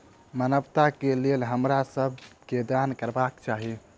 मानवता के लेल हमरा सब के दान करबाक चाही